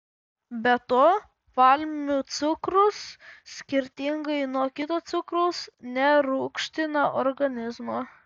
be to palmių cukrus skirtingai nuo kito cukraus nerūgština organizmo